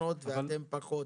בתקנות ואתם פחות.